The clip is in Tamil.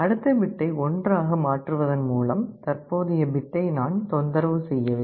அடுத்த பிட்டை 1 மாற்றுவதன் மூலம் தற்போதைய பிட்டை நான் தொந்தரவு செய்யவில்லை